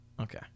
Okay